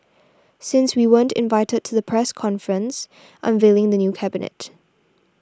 since we weren't invited to the press conference unveiling the new cabinet